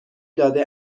داده